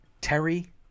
Terry